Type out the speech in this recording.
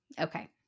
Okay